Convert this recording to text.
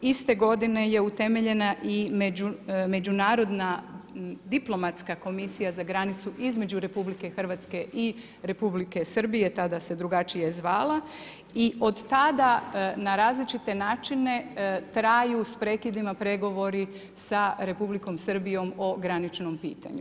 Iste godine je utemeljena i međunarodna diplomatika komisija za granicu između Republike Hrvatske i Republike Srbije, tada se drugačije zvala i od tada na različite načine, traju s prekidima pregovori sa Republikom Srbijom o graničnom pitanju.